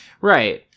Right